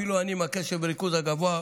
אפילו אני עם הקשב והריכוז הגבוה,